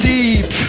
Deep